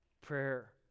prayer